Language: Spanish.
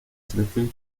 selección